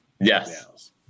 Yes